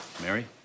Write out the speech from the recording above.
Mary